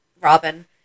Robin